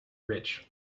rich